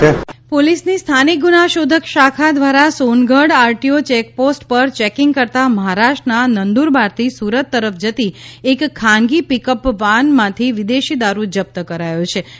તારી વિદેશી દારૂનો ોલીસની સ્થાનિક ગુના શોધક શાખા દ્વારા સોનગઢ આરટીઓ ચેક ોસ્ટ ર ચેકીંગ કરતા મહારાષ્ટ્રના નંદુરબારથી સુરત તરફ જતી એક ખાનગી ઊકઅપ્ વાનમાંથી વિદેશી દારૂ જપ્ત કર્યો ચ્હે